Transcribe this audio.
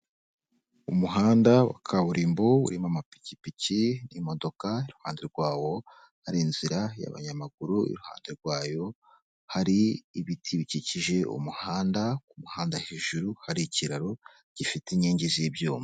Umuhanda wa kaburimbo uririmo amapikipiki, imodoka iruhande rwawo hari inzira y'abanyamaguru, iruhande rwayo hari ibiti bikikije umuhanda ku muhanda hejuru hari ikiraro gifite inkingi z'ibyuma.